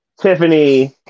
Tiffany